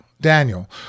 Daniel